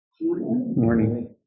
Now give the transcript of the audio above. morning